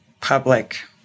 public